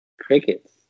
Crickets